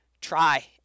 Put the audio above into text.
try